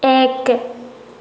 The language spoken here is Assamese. এক